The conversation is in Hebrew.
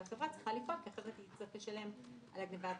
והחברה צריכה לפעול כי אחרת היא תצטרך לשלם על הגניבה.